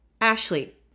Ashley